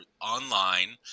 online